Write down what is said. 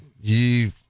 you